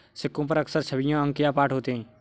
सिक्कों पर अक्सर छवियां अंक या पाठ होते हैं